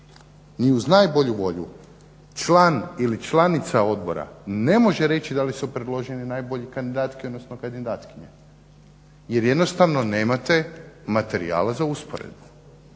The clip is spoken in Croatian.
ni uz najbolju volju član ili članica odbora ne može reći da li su predloženi najbolji kandidati odnosno kandidatkinje jer jednostavno nemate materijala za usporedbu.